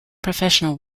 professional